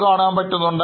ഈ കാണുന്നവയാണ് Assets